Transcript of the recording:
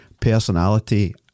personality